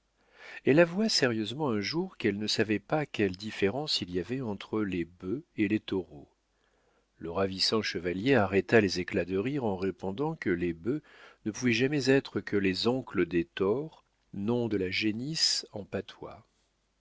elle avoua sérieusement un jour qu'elle ne savait pas quelle différence il y avait entre les bœufs et les taureaux le ravissant chevalier arrêta les éclats de rire en répondant que les bœufs ne pouvaient jamais être que les oncles des taures nom de la génisse en patois